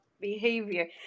behavior